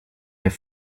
est